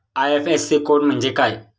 IFSC code म्हणजे काय?